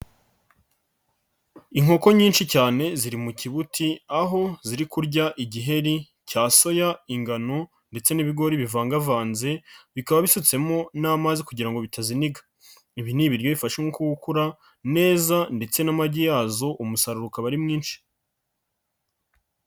Inkoko nyinshi cyane ziri mu kibuti aho ziri kurya igiheri cya soya, ingano ndetse n'ibigori bivangavanze, bikaba bisutsemo n'amazi kugira ngo bitaziniga, ibi ni ibiryo bifashe inkoko gukura neza ndetse n'amagi yazo umusaruro ukaba ari mwinshi.